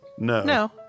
No